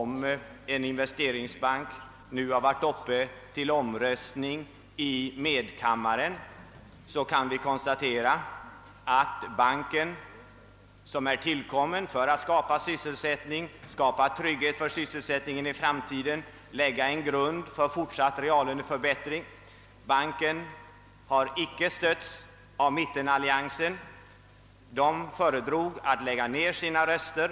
Men sedan man nu röstat i medkammaren kan det konstateras att förslaget om investeringsbank — en bank som skall skapa sysselsättning och trygghet för sysselsättningen i framtiden samt lägga grunden till fortsatt reallöneförbättring — icke har stötts av mittenalliansen. Man föredrog att lägga ned sina röster.